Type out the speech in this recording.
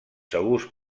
segurs